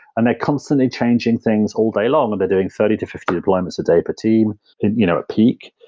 and they're constantly changing things all day long, and they're doing thirty to fifty deployments a day per team. you know a peak,